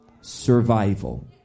Survival